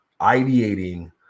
ideating